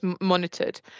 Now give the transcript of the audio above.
monitored